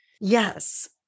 Yes